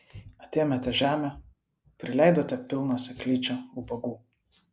atėmėte žemę prileidote pilną seklyčią ubagų